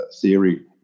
theory